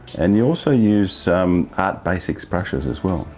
and you also use art basics brushes as well.